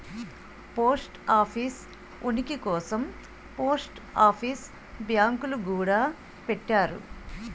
post office ఉనికి కోసం post office బ్యాంకులు గూడా పెట్టారు